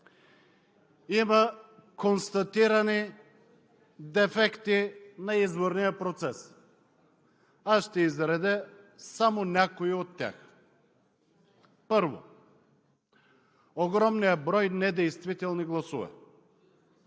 Има констатирани дефекти на изборния процес. Аз ще изредя само някои от тях. Първо, огромният брой недействителни гласове.